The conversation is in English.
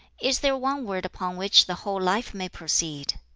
is there one word upon which the whole life may proceed?